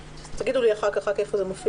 תגידו לי אחר כך איפה זה מופיע